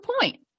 point